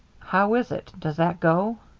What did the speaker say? how is it? does that go?